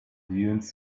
dunes